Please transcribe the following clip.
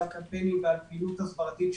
על קמפיינים ועל פעילות הסברתית,